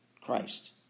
Christ